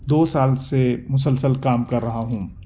دو سال سے مسلسل کام کر رہا ہوں